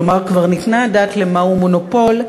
כלומר, כבר ניתנה הדעת על מהו מונופול.